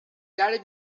gary